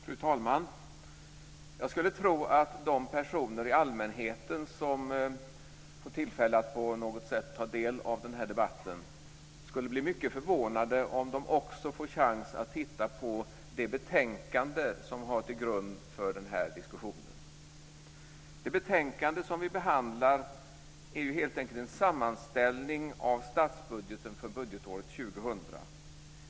Fru talman! Jag skulle tro att de personer i allmänheten som får tillfälle att på något sätt ta del av den här debatten skulle bli mycket förvånade om de också får chans att titta på det betänkande som ligger till grund för den här diskussionen. Det betänkande som vi behandlar är ju helt enkelt en sammanställning av statsbudgeten för budgetåret 2000.